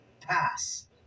Pass